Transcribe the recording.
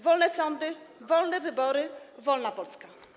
Wolne sądy, wolne wybory, wolna Polska.